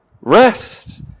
Rest